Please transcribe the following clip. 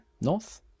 north